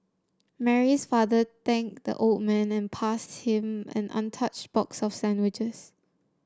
Mary's father thanked the old man and passed him an untouched box of sandwiches